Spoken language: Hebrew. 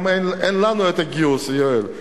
גם אין לנו את הגיוס, יואל.